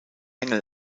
engel